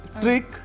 trick